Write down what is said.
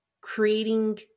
creating